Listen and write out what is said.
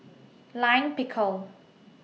Lime Pickle